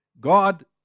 God